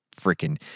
freaking